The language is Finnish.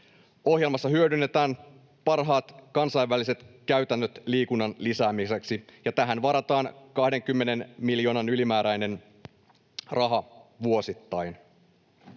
Ohjelmassa hyödynnetään parhaat kansainväliset käytännöt liikunnan lisäämiseksi, ja tähän varataan 20 miljoonan ylimääräinen raha vuosittain.